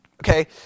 Okay